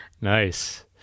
nice